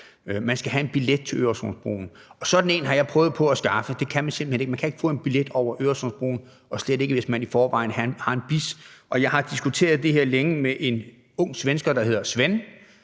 Man skal have en billet til Øresundsbroen, og sådan en har jeg prøvet på at skaffe. Det kan man simpelt hen ikke; man kan ikke få en billet over Øresundsbroen og slet ikke, hvis man i forvejen har en brobizz. Jeg har diskuteret det her længe med en ung svensker, der hedder Svenne,